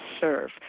serve